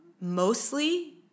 mostly